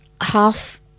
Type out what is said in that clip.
half